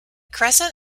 crescent